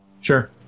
Sure